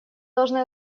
должны